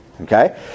okay